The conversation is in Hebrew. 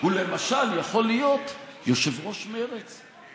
הוא למשל יכול להיות יושב-ראש מרצ.